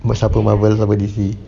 siapa Marvel siapa D_C